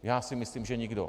Já si myslím, že nikdo.